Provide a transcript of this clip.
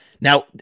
now